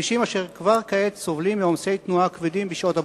כבישים אשר כבר כעת סובלים מעומס תנועה כבד בשעות הבוקר?